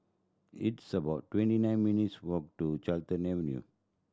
it's about twenty nine minutes' walk to Carlton Avenue